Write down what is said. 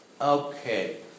Okay